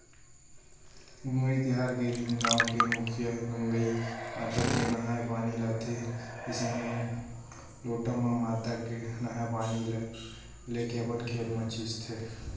गंगई तिहार के दिन गाँव के मुखिया गंगई माता के नंहाय पानी लाथे किसान मन लोटा म माता के नंहाय पानी ल लेके अपन खेत म छींचथे